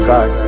God